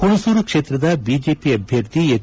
ಹುಣಸೂರು ಕ್ಷೇತ್ರದ ಬಿಜೆಪಿ ಅಭ್ಯರ್ಥಿ ಎಚ್